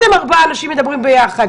אבל אי-אפשר שאתם ארבעה אנשים שמדברים יחד.